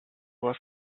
was